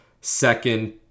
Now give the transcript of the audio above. second